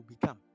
become